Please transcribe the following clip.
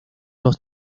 dos